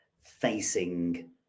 facing